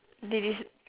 they dec~